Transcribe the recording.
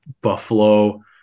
Buffalo